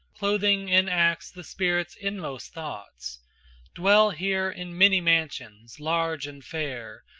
clothing in acts the spirit's inmost thoughts dwell here in many mansions, large and fair,